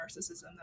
narcissism